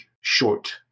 short